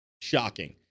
shocking